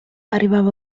arrivava